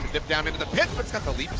dip down into the pit.